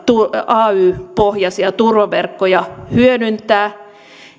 ay pohjaisia turvaverkkoja hyödyntää